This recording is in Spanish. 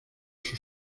sus